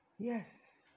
Yes